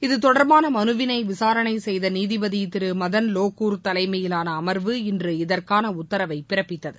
இது தொடர்பான மனுவினை விசாரணை செய்த நீதிபதி திரு மதன் லோகூர் தலைமையிலாள அமர்வு இன்று இதற்கான உத்தரவை பிறப்பித்தது